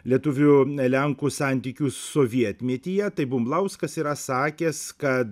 lietuvių lenkų santykius sovietmetyje tai bumblauskas yra sakęs kad